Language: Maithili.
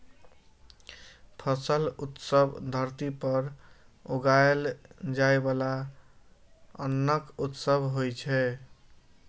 फसल उत्सव धरती पर उगाएल जाइ बला अन्नक उत्सव होइ छै